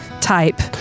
type